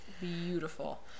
beautiful